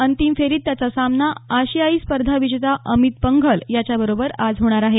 अंतिम फेरीत त्याचा सामना आशियाई स्पर्धा विजेता अमित पंघल याच्या बरोबर आज होणार आहे